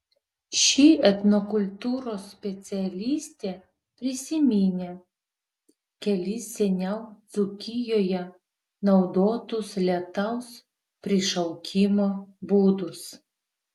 ši etnokultūros specialistė prisiminė kelis seniau dzūkijoje naudotus lietaus prišaukimo būdus